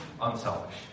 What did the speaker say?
unselfish